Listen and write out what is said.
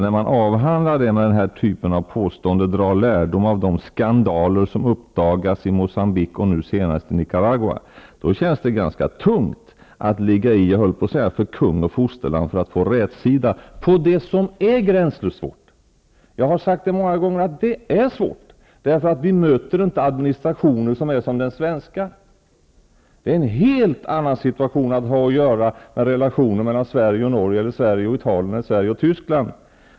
När man använder påståenden som att ''dra lärdom av de skandaler som uppdagats i Moçambique och nu se nast i Nicaragua'', känns det ganska tungt att ligga i för kung och fosterland för att försöka få rätsida på någonting som är gränslöst svårt. Jag har många gånger sagt att det är svårt, för vi möter inte administrationer som är som den svenska administrationen. Det är en helt annan situation att ha att göra med relationer mellan Sverige och Norge, mellan Sverige och Italien eller mellan Sverige och Tyskland.